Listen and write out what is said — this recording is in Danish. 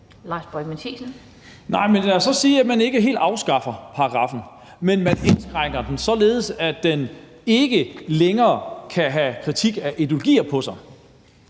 (NB): Lad os så sige, at man ikke helt afskaffer paragraffen, men at man indskrænker den, således at den ikke længere kan omfatte kritik af ideologier.